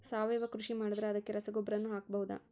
ಸಾವಯವ ಕೃಷಿ ಮಾಡದ್ರ ಅದಕ್ಕೆ ರಸಗೊಬ್ಬರನು ಹಾಕಬಹುದಾ?